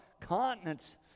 continents